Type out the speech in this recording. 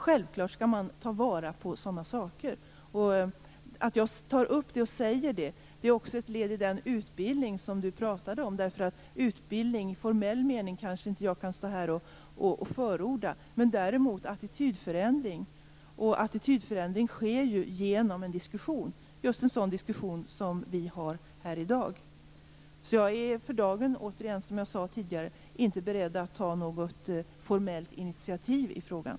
Självklart skall man ta vara på sådant. Jag tog upp denna sak som ett led i frågan om utbildning som Ragnhild Pohanka tog upp. Jag kan inte stå här och förorda utbildning i formell mening, men däremot attitydförändring. Attitydförändring sker med hjälp av en diskussion - just en sådan diskussion vi har här i dag. Jag är - som jag sade tidigare - för dagen inte beredd att ta något formellt initiativ i frågan.